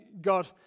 God